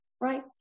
right